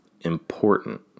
important